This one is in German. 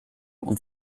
und